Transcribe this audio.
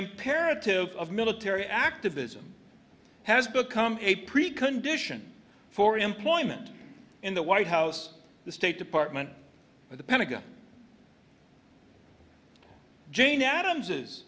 imperative of military activism has become a precondition for employment in the white house the state department and the pentagon jane adams